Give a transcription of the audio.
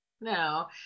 No